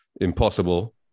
impossible